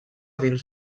dins